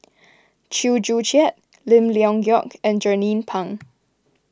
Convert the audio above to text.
Chew Joo Chiat Lim Leong Geok and Jernnine Pang